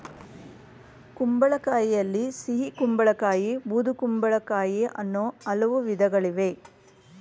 ಕುಂಬಳಕಾಯಿಯಲ್ಲಿ ಸಿಹಿಗುಂಬಳ ಕಾಯಿ ಬೂದುಗುಂಬಳಕಾಯಿ ಅನ್ನೂ ಹಲವು ವಿಧಗಳಿವೆ